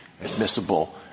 admissible